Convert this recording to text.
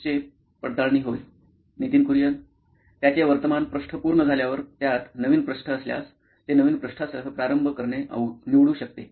Nitin Kurian COO nine electronics त्याचे वर्तमान पृष्ठ पूर्ण झाल्यावर त्यात नवीन पृष्ठ असल्यास ते नवीन पृष्ठासह प्रारंभ करणे निवडू शकते